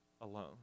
alone